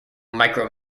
micro